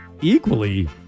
equally